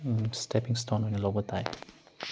stepping stone ꯑꯣꯏꯅ ꯂꯧꯕ ꯇꯥꯏ